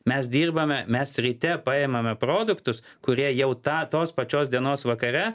mes dirbame mes ryte paimame produktus kurie jau tą tos pačios dienos vakare